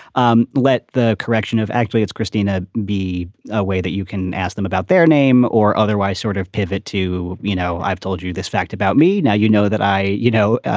um let the correction of actually it's krystina be a way that you can ask them about their name or otherwise sort of pivot to you know, i've told you this fact about me. now, you know that i you know,